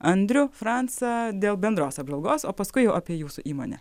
andrių francą dėl bendros apsaugos o paskui jau apie jūsų įmonę